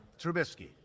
Trubisky